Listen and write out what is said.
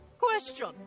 Question